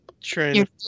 train